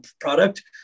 product